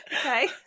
Okay